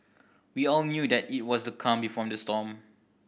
we all knew that it was the calm before the storm